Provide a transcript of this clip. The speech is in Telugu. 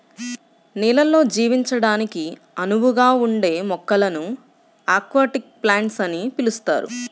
నీళ్ళల్లో జీవించడానికి అనువుగా ఉండే మొక్కలను అక్వాటిక్ ప్లాంట్స్ అని పిలుస్తారు